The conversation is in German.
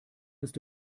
ist